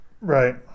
right